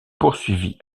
poursuivit